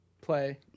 play